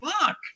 fuck